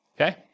okay